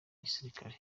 gisirikare